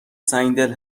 سنگدل